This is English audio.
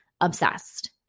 Obsessed